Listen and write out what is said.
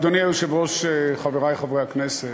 אדוני היושב-ראש, חברי חברי הכנסת,